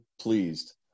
pleased